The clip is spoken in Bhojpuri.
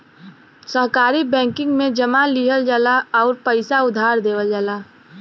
सहकारी बैंकिंग में जमा लिहल जाला आउर पइसा उधार देवल जाला